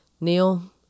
Neil